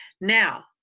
Now